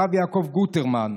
הרב יעקב גוטרמן.